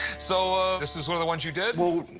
so this is one of the ones you did?